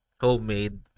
Homemade